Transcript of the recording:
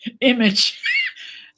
image